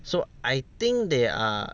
so I think they are